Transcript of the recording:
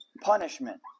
punishment